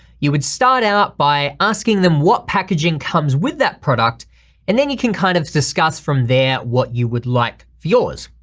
you would start out by asking them what packaging comes with that product and then you can kind of discuss from there what you would like for yours.